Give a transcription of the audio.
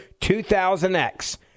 2000X